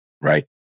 Right